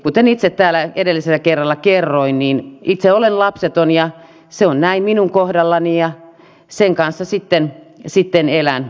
kuten itse täällä edellisellä kerralla kerroin olen itse lapseton se on näin minun kohdallani ja sen kanssa sitten elän